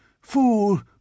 Fool